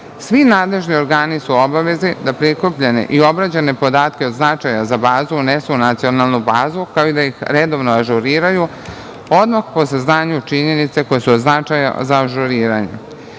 Svi nadležni organi su obavezni da prikupljene i obrađene podatke od značaja za bazu unesu u nacionalnu bazu, kao i da ih redovno ažuriraju odmah po saznanju činjenica koje su od značaja za ažuriranje. Predviđeno